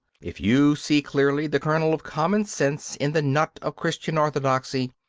if you see clearly the kernel of common-sense in the nut of christian orthodoxy,